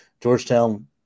Georgetown –